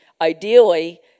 Ideally